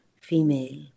female